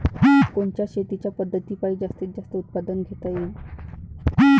कोनच्या शेतीच्या पद्धतीपायी जास्तीत जास्त उत्पादन घेता येईल?